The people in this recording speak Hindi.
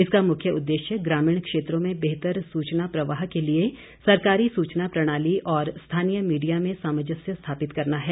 इसका मुख्य उददेश्य ग्रामीण क्षेत्रों में बेहतर सुचना प्रवाह के लिए सरकारी सूचना प्रणाली और स्थानीय मीडिया में सामंजस्य स्थापित करना है